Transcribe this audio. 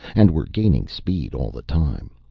and we're gaining speed all the time.